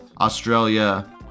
Australia